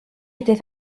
était